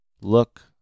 Look